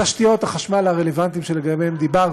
תשתיות החשמל הרלוונטיות שלגביהן דיברתי,